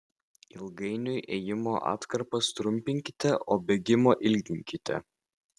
ilgainiui ėjimo atkarpas trumpinkite o bėgimo ilginkite